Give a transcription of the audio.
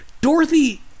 Dorothy